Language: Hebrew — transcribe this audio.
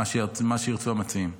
מה שירצו המציעים.